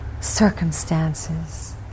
circumstances